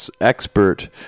expert